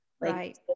Right